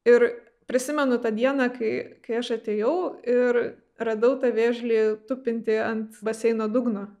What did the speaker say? ir prisimenu tą dieną kai kai aš atėjau ir radau tą vėžlį tupintį ant baseino dugno